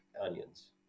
onions